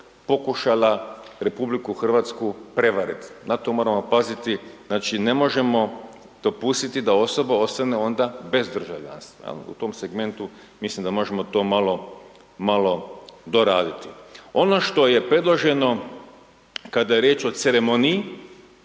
pokušala RH prevariti. Na to moramo paziti. Znači ne možemo dopustiti da osoba ostane onda bez državljanstva. U tom segmentu mislim da možemo to malo doraditi. Ono što je predloženo kada je riječ o ceremoniji